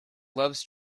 loves